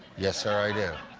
yes, sir, i do.